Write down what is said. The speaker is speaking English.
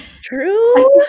true